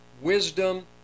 wisdom